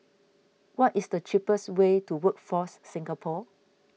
what is the cheapest way to Workforce Singapore